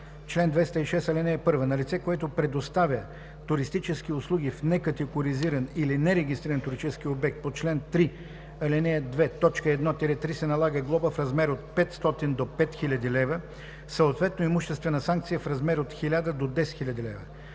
„Чл. 206. (1) На лице, което предоставя туристически услуги в некатегоризиран или нерегистриран туристически обект по чл. 3, ал. 2, т. 1 – 3, се налага глоба в размер от 500 до 5000 лв., съответно имуществена санкция в размер от 1000 до 10 000 лв.